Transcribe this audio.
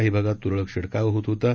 काही भागात तुरळक शिडकावा होत होता